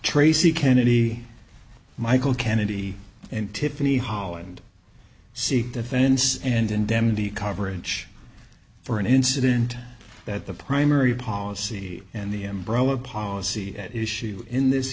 tracey kennedy michael kennedy and tiffany holland see defense and indemnity coverage for an incident that the primary policy and the umbrella policy at issue in this